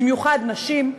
במיוחד של נשים,